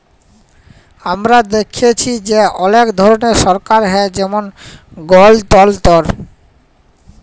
আমরা দ্যাখেচি যে অলেক ধরলের সরকার হ্যয় যেমল গলতলতর